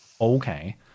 Okay